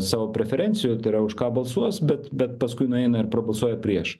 savo preferencijų tai yra už ką balsuos bet bet paskui nueina ir prabalsuoja prieš